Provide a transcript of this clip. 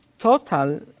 Total